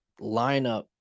lineup